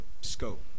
scope